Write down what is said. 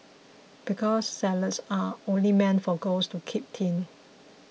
because salads are only meant for girls to keep thin